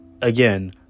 Again